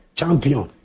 champion